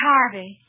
Harvey